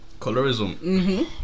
Colorism